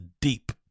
deep